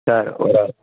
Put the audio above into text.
sir ஒரு